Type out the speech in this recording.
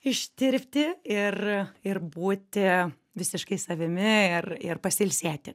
ištirpti ir ir būti visiškai savimi ir ir pasiilsėti